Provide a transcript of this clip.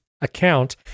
account